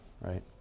right